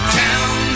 town